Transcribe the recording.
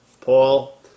Paul